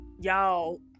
y'all